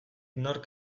nork